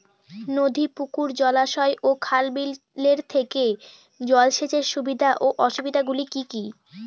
নদী পুকুর জলাশয় ও খাল বিলের থেকে জল সেচের সুবিধা ও অসুবিধা গুলি কি কি?